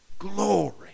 Glory